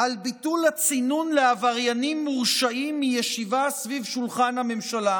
על ביטול הצינון לעבריינים מורשעים מישיבה סביב שולחן הממשלה,